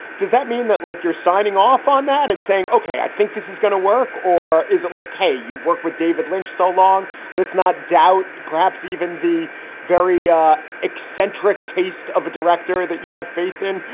does that mean that, like, you're signing off on that and saying, ok, i think this is going to work? or is it like you've worked with david lynch so long? let's not doubt perhaps even the very eccentric taste of a director that you have faith in.